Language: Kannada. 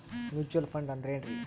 ಮ್ಯೂಚುವಲ್ ಫಂಡ ಅಂದ್ರೆನ್ರಿ?